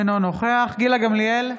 אינו נוכח גילה גמליאל,